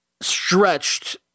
stretched